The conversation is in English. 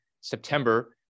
September